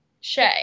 Shay